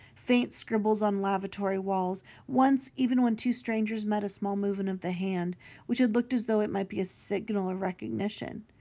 faint scribbles on lavatory walls once, even, when two strangers met, a small movement of the hand which had looked as though it might be a signal of recognition.